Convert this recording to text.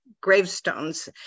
gravestones